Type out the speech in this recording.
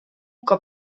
cop